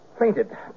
fainted